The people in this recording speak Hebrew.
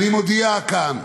אני מודיע כאן: